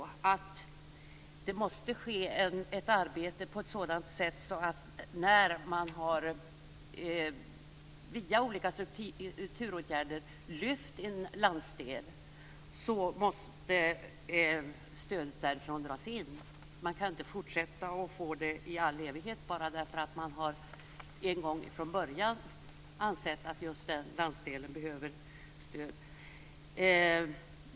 Givetvis måste arbetet ske på ett sådant sätt att stödet dras in när man har lyft en landsdel via olika strukturåtgärder. Man kan inte fortsätta att dela ut stöd i all evighet bara därför att man en gång fån början har ansett att just den landsdelen behöver stöd.